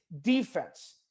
defense